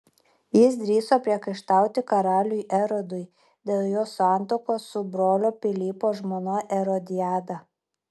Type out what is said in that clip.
jis drįso priekaištauti karaliui erodui dėl jo santuokos su brolio pilypo žmona erodiada